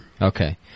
Okay